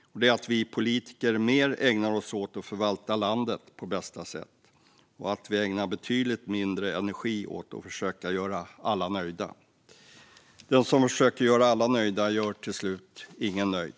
Den handlar om att vi politiker ska ägna oss mer åt att förvalta landet på bästa sätt och lägga betydligt mindre energi på att försöka göra alla nöjda. Den som försöker göra alla nöjda gör till slut ingen nöjd.